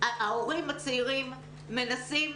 ההורים הצעירים מנסים,